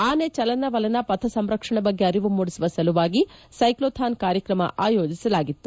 ಆನೆ ಚಲನ ವಲನ ಪಥ ಸಂರಕ್ಷಣೆ ಬಗ್ಗೆ ಅರಿವು ಮೂಡಿಸುವ ಸಲುವಾಗಿ ಸೈಕ್ಲೋಥಾನ್ ಕಾರ್ಯಕ್ರಮ ಆಯೋಜಿಸಲಾಗಿತ್ತು